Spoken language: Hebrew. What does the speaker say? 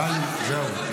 טלי, זהו.